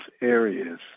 areas